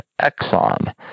exxon